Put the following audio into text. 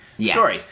Story